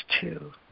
two